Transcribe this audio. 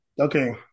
Okay